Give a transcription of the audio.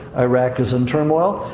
iraq is in turmoil.